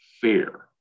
fair